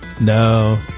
No